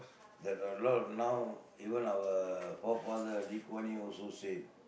that a lot of now even our forefather Lee Kuan Yew also say